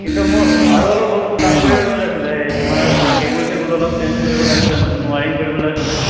কিন্তু মোৰ আৰু অলপ বস্তু কাম তোমাৰ কেবুল চেবুল অলপ চেঞ্জ কৰিব লাগিছিলে নতুন ৱাৰিং কৰিব লাগিছিলে